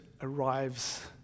arrives